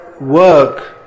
work